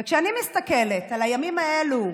וכשאני מסתכלת על הימים האלה,